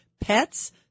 pets